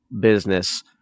business